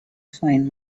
find